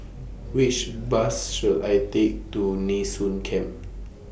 Which Bus should I Take to Nee Soon Camp